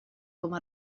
com